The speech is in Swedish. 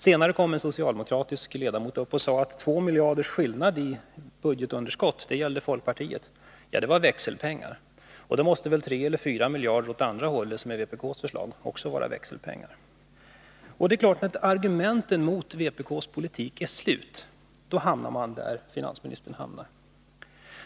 Senare kom en socialdemokratisk ledamot upp och sade att två miljarders skillnad i budgetunderskott — det gällde folkpartiet — var växelpengar. Då måste väl tre fyra miljarder åt andra hållet — som i vpk:s förslag — också vara växelpengar. Det är klart att när argumenten mot vpk:s politik är slut, då hamnar man där finansministern hamnar.